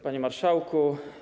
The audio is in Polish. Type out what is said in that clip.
Panie Marszałku!